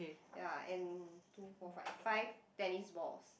ya and two four five five tennis balls